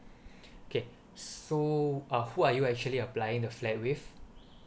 okay so uh who are you actually applying the flat with